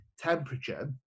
temperature